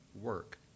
work